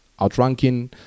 outranking